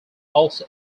also